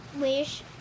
wish